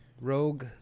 Rogue